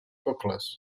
pokles